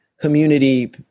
community